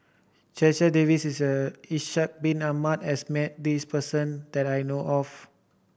Checha Davies Ishak Bin Ahmad has met this person that I know of